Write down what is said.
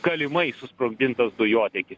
galimai susprogdintas dujotiekis